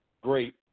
great